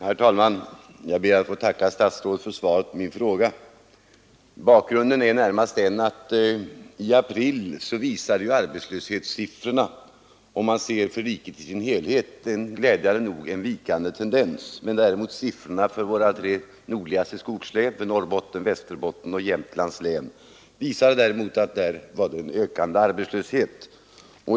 Herr talman! Jag ber att få tacka statsrådet för svaret på min fråga. Bakgrunden är närmast den, att i april visar arbetslöshetssiffrorna för riket i dess helhet glädjande nog en vikande tendens, medan däremot arbetslöshetssiffrorna för våra tre nordligaste skogslän — Norrbottens, Västerbottens och Jämtlands län — visar att det där råder en ökande arbetslöshet.